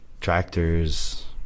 tractors